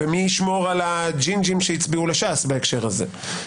ומי ישמור על הג'ינג'ים שהצביעו לש"ס בהקשר הזה?